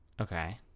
Okay